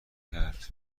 کرد